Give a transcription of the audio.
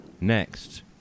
Next